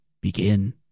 begin